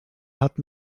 hat